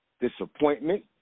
disappointment